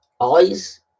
eyes